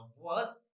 worst